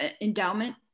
endowment